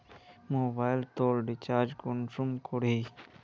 Mobile लोत recharge कुंसम करोही?